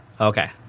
Okay